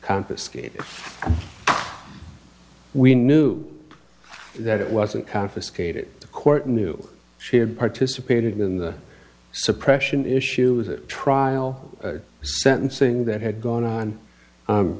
confiscated we knew that it wasn't confiscated the court knew she had participated in the suppression issues a trial sentencing that had gone on